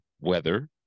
weather